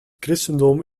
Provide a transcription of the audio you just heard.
christendom